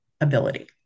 ability